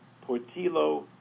Portillo